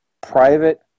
private